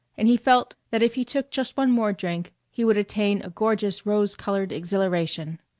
and he felt that if he took just one more drink he would attain a gorgeous rose-colored exhilaration.